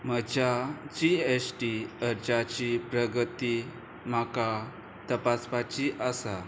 म्हज्या G S T अर्जाची प्रगती म्हाका तपासपाची आसा